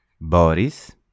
Boris